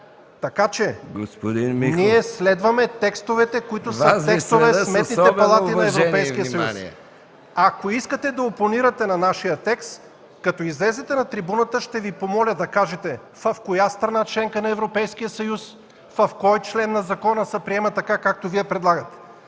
така че ние следваме текстовете, които са текстове в сметните палати на Европейския съюз. Ако искате да опонирате на нашия текст, като излезете на трибуната, ще Ви помоля да кажете в коя страна – членка на Европейския съюз, в кой член на закона се приема така, както Вие предлагате.